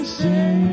say